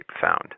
found